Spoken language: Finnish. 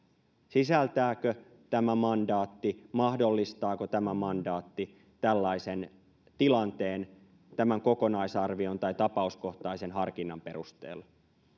sisältääkö tämä mandaatti mahdollistaako tämä mandaatti tällaisen tilanteen kokonaisarvion tai tapauskohtaisen harkinnan perusteella